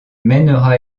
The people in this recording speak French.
mènera